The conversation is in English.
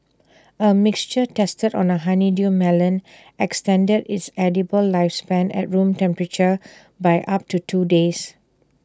A mixture tested on A honeydew melon extended its edible lifespan at room temperature by up to two days